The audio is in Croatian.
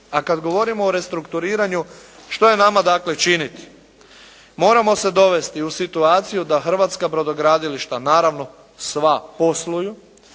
A kada govorimo o restrukturiranju što je nama dakle činiti? Moramo se dovesti u situaciju da hrvatska brodogradilišta naravno sva posluju,